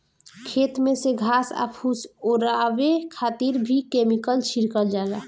खेत में से घास आ फूस ओरवावे खातिर भी केमिकल छिड़कल जाला